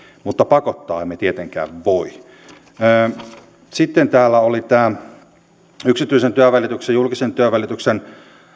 mutta pakottaa emme tietenkään voi sitten täällä olivat nämä yksityisen työnvälityksen julkisen työnvälityksen